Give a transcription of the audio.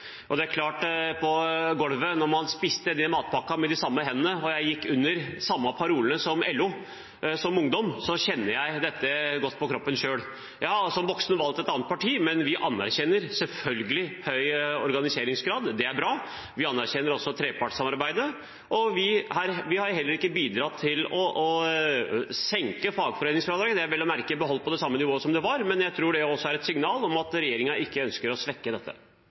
Det er klart at når man – på golvet – spiste matpakken med de samme hendene og gikk under samme parole som LO som ungdom, kjenner jeg dette godt på kroppen selv. Jeg har som voksen valgt et annet parti, men vi anerkjenner selvfølgelig høy organiseringsgrad; det er bra. Vi anerkjenner også trepartssamarbeidet. Vi har heller ikke bidratt til å senke fagforeningsfradraget. Det er vel å merke holdt på samme nivå som det var, men jeg tror også det er et signal om at regjeringen ikke ønsker å svekke dette.